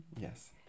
yes